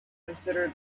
consider